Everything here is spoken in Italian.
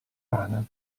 rana